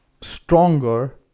stronger